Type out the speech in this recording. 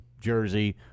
Jersey